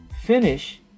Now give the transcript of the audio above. finish